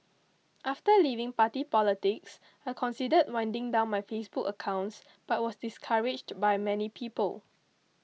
after leaving party politics I considered winding down my Facebook accounts but was discouraged by many people